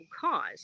cause